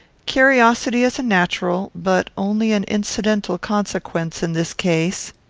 curiosity is a natural, but only an incidental, consequence in this case.